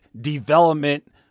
development